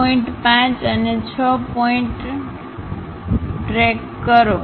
5 point 5 અને 6 point truck કરો